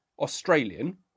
Australian